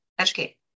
educate